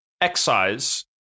excise